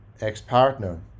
ex-partner